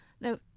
Now